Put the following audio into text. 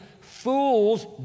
fools